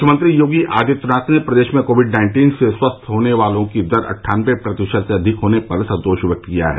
मुख्यमंत्री योगी आदित्यनाथ ने प्रदेश में कोविड नाइन्टीन से स्वस्थ होने वालों की दर अट्ठानबे प्रतिशत से अधिक होने पर संतोष व्यक्त किया है